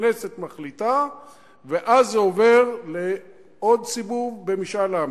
הכנסת מחליטה ואז זה עובר לעוד סיבוב במשאל עם,